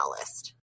list